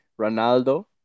Ronaldo